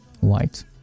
White